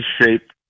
shape